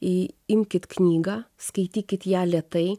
į imkit knygą skaitykit ją lėtai